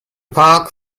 park